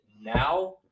now